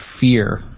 fear